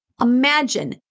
Imagine